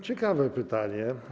Ciekawe pytanie.